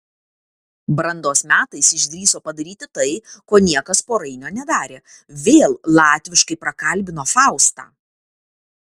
brandos metais išdrįso padaryti tai ko niekas po rainio nedarė vėl latviškai prakalbino faustą